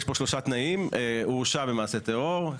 יש פה שלושה תנאים: הורשע במעשה טרור,